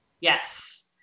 Yes